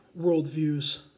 worldviews